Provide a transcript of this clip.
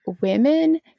women